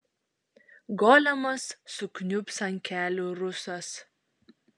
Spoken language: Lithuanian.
golemas sukniubs ant kelių rusas